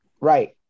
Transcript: Right